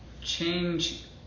change